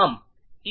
ढेर से